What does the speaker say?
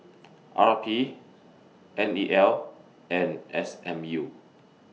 R P N E L and S M U